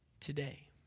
Today